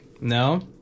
No